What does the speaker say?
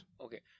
Okay